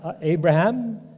Abraham